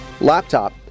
laptop